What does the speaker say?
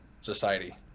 society